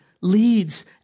leads